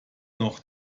noch